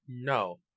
No